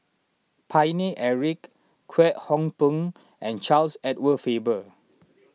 Paine Eric Kwek Hong Png and Charles Edward Faber